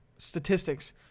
statistics